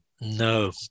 no